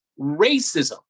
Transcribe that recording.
racism